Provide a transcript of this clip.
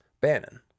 Bannon